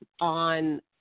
on